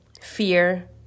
fear